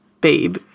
Babe